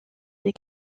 des